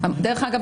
דרך אגב,